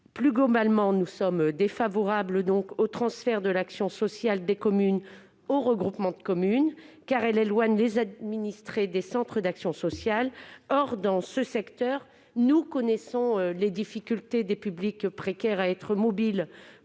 Plus globalement, nous sommes défavorables au transfert de l'action sociale des communes aux regroupements de communes, car cela éloignerait les administrés des centres d'action sociale. Or, dans ce secteur, nous connaissons les difficultés de mobilité des publics précaires pour se